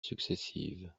successives